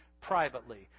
privately